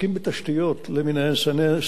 שרי אנרגיה ומים,